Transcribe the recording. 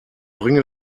bringe